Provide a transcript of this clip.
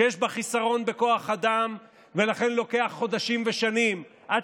שיש בה חיסרון בכוח אדם ולכן לוקח חודשים ושנים עד